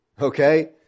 Okay